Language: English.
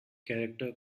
character